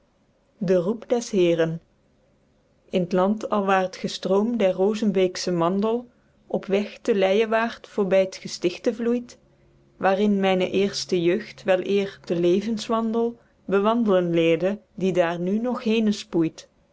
de roep des heeren in t land alwaer t gestroom der roozebeeksche mandel op weg te leijewaerd voorby t gestichte vloeit waerin myne eerste jeugd weleer den levenswandel bewandlen leerde die daer n nog henen